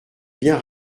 bien